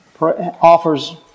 offers